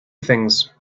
things